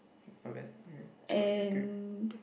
not bad yeah it's quite accurate